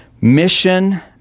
Mission